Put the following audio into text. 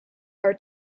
our